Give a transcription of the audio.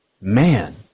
man